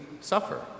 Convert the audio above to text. suffer